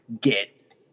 get